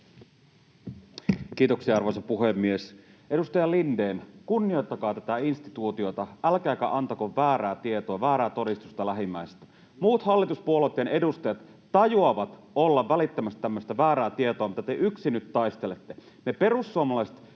Kiitoksia, arvoisa puhemies! Edustaja Lindén, kunnioittakaa tätä instituutiota älkääkä antako väärää tietoa, väärää todistusta lähimmäisestä. Muut hallituspuolueitten edustajat tajuavat olla välittämättä tämmöistä väärää tietoa, millä te yksin nyt taistelette.